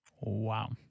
wow